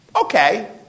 Okay